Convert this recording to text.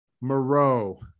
moreau